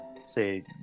say